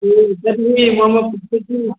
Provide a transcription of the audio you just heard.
ओ तर्हि मम पितुः